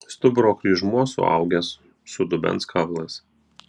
stuburo kryžmuo suaugęs su dubens kaulais